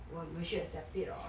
wi~ will she accept it or